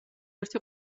ერთი